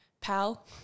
pal